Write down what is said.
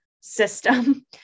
system